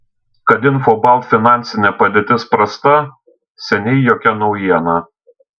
kad infobalt finansinė padėtis prasta seniai jokia naujiena